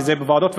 וזה בוועדות,